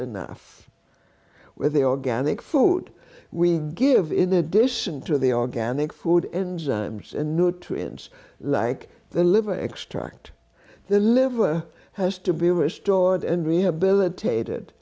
enough with the organic food we give in addition to the organic food enzymes and nutrients like the liver extract the liver has to be restored and re